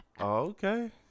okay